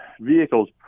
vehicles